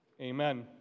Amen